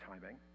timing